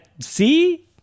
see